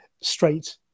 straight